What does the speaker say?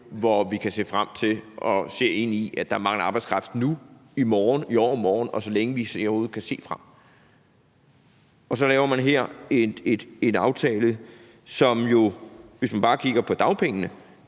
hvor vi kan se frem til og ser ind i, at der mangler arbejdskraft nu, i morgen, i overmorgen, og så længe vi overhovedet kan se frem. Og så laver man her en aftale, som jo, hvis man bare kigger på dagpengene,